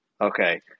okay